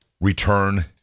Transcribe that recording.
return